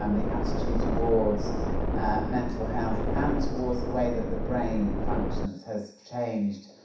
um the attitude towards mental health and towards the way that the brain functions has changed.